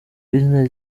kw’izina